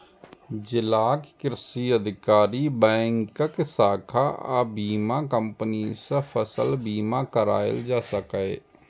जिलाक कृषि अधिकारी, बैंकक शाखा आ बीमा कंपनी सं फसल बीमा कराएल जा सकैए